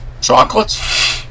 chocolates